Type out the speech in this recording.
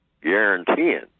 Guaranteeing